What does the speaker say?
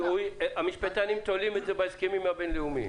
המשפטנים תולים את זה בהסכמים הבין-לאומיים.